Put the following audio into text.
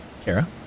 Kara